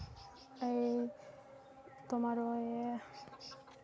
ᱮᱭ ᱛᱳᱢᱟᱨ ᱳᱭ